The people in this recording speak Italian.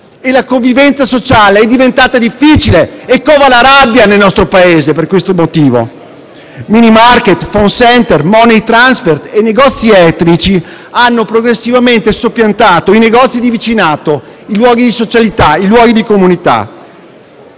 La convivenza sociale è diventata difficile e per questo motivo cova la rabbia nel nostro Paese. *Minimarket*, *phone center*, *money transfer* e negozi etnici hanno progressivamente soppiantato i negozi di vicinato, i luoghi di socialità, i luoghi di comunità